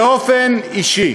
באופן אישי.